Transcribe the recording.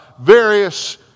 various